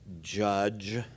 Judge